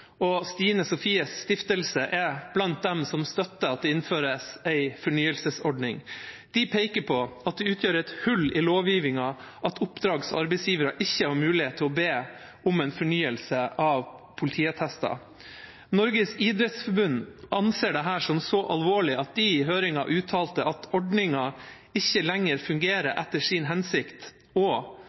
og Stine Sofies Stiftelse er blant dem som støtter at det innføres en fornyelsesordning. De peker på at det utgjør et hull i lovgivningen at oppdrags- og arbeidsgivere ikke har mulighet til å be om en fornyelse av politiattester. Norges idrettsforbund anser dette som så alvorlig at de i høringen har uttalt at «ordningen ikke lenger fungerer etter sin hensikt»,